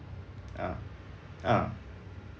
oh oh